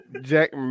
Jack